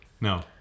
No